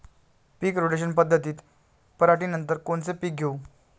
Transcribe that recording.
पीक rotation पद्धतीत पराटीनंतर कोनचे पीक घेऊ?